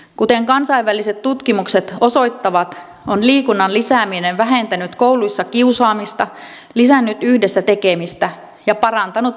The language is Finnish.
kuten kansainväliset tutkimukset osoittavat on liikunnan lisääminen vähentänyt kouluissa kiusaamista lisännyt yhdessä tekemistä ja parantanut oppimistuloksia